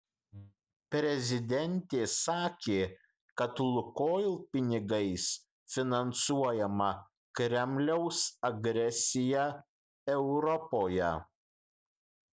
prezidentė sakė kad lukoil pinigais finansuojama kremliaus agresija europoje